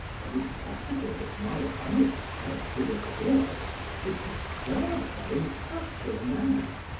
was it possible that my unexpected appearance could disturb her in such a manner?